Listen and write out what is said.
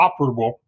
operable